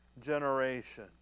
generation